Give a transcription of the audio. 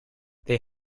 they